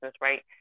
right